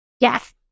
Yes